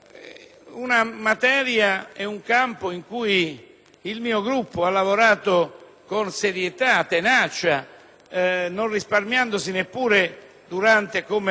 una materia ed un campo in cui il mio Gruppo ha lavorato con serietà e tenacia, non risparmiandosi neppure durante il